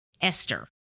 Esther